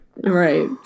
Right